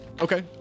Okay